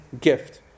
gift